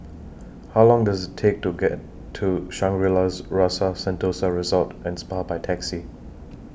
How Long Does IT Take to get to Shangri La's Rasa Sentosa Resort and Spa By Taxi